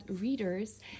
readers